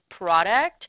product